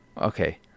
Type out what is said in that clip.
Okay